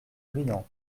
brillantes